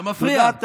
תודה על מה?